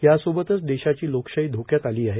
यासोबतच देशाची लोकशाही धोक्यात आली आहे